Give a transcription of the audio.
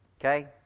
Okay